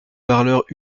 parleurs